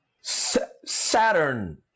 Saturn